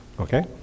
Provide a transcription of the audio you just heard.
Okay